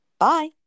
Bye